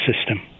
system